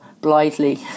blithely